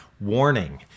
Warning